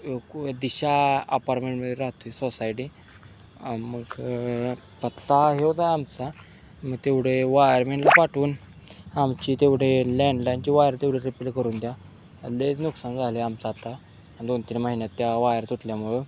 दिशा अपार्टमेंटमध्ये राहतो सोसायटी मग पत्ता हे होता आमचा मग तेवढे वायरमेनला पाठवून आमची तेवढे लँडलाईनची वायर तेवढे रिपेर करून द्या लईच नुकसान झालं आहे आमचं आता दोन तीन महिन्यात त्या वायर तुटल्यामुळं